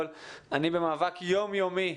ואני יכול לומר שאני במאבק יום יומי,